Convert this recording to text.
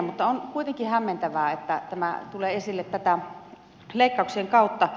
mutta on kuitenkin hämmentävää että tämä tulee esille leikkauksien kautta